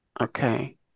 Okay